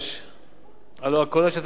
הרי הקולות שאתם משמיעים נשמעים גם בתוך הממשלה,